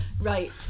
Right